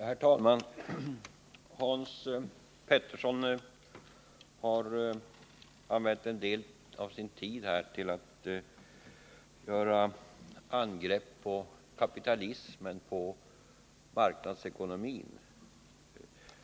Herr talman! Hans Petersson i Hallstahammar har använt en del av sin tid till att gå till angrepp mot kapitalismen — mot marknadsekonomin.